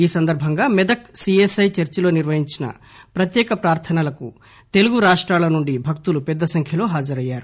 ఈ సందర్భంగా Medak CSI church లో నిర్వహించిన ప్రత్యేక ప్రార్థనలకు తెలుగు రాష్టాల నుండి భక్తులు పెద్ద సంఖ్యలో హాజరయ్యారు